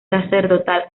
sacerdotal